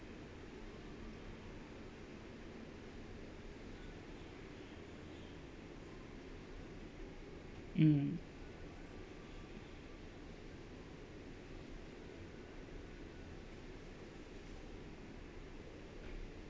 mm